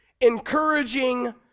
Encouraging